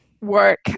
work